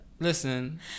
Listen